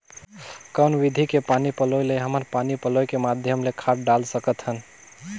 कौन विधि के पानी पलोय ले हमन पानी पलोय के माध्यम ले खाद डाल सकत हन?